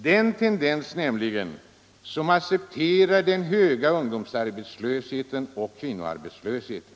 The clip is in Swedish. nämligen den tendens som accepterar den höga ungdomsarbetslösheten och kvinnoarbetslösheten.